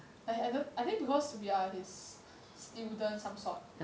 I I don't I think because we are his student some sort